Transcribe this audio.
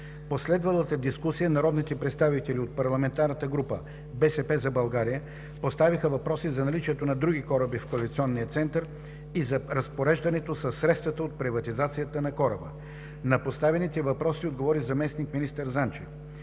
последвалата дискусия народните представители от парламентарната група на „БСП за България“ поставиха въпроси за наличието на други кораби в квалификационния център и за разпореждането със средствата от приватизацията на кораба. На поставените въпроси отговори заместник-министър Занчев.